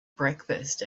breakfast